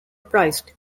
prized